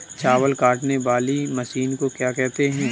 चावल काटने वाली मशीन को क्या कहते हैं?